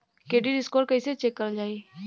Credit score कइसे check करल जायी?